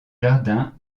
jardins